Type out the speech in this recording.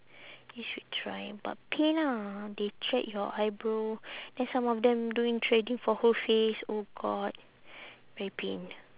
you should try but pain ah they thread your eyebrow then some of them doing threading for whole face oh god very pain